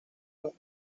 los